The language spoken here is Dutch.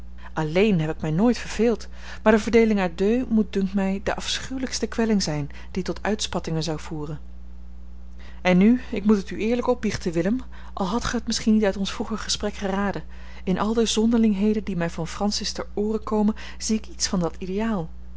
alleen heb ik mij nooit verveeld maar de verveling à deux moet dunkt mij de afschuwelijkste kwelling zijn die tot uitspattingen zou voeren en nu ik moet het u eerlijk opbiechten willem al hadt gij het misschien niet uit ons vroeger gesprek geraden in al de zonderlingheden die mij van francis ter oore komen zie ik iets van dat ideaal